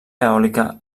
eòlica